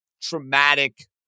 traumatic